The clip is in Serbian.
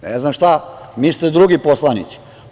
Ne znam šta misle drugi poslanici?